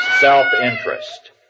self-interest